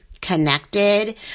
connected